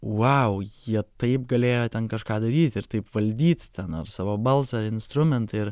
vau jie taip galėjo ten kažką daryti ir taip valdyti ten ar savo balsą ar instrumentą ir